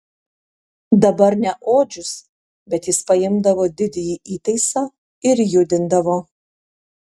dabar ne odžius bet jis paimdavo didįjį įtaisą ir judindavo